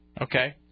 Okay